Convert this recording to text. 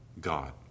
God